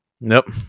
Nope